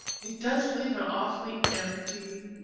it does leave an awfully empty,